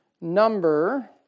number